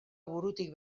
burutik